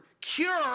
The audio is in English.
cure